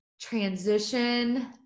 transition